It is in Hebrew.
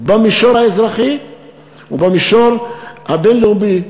במישור האזרחי ובמישור הבין-לאומי.